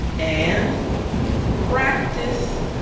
and practice